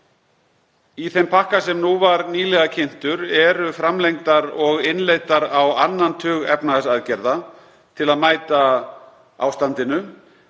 Í þeim pakka sem nýlega var kynntur eru framlengdar og innleiddar á annan tug efnahagsaðgerða til að mæta ástandinu.